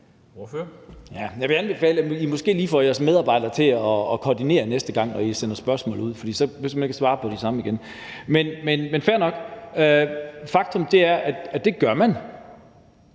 Jeg vil anbefale, at I måske lige får jeres medarbejdere til at koordinere det næste gang, når I sender spørgsmål ud, for så behøver man ikke at svare på det samme igen. Men det er fair nok. Faktum er, at det gør man,